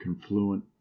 confluent